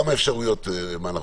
אפשרויות, מה לעשות.